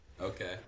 Okay